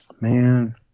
Man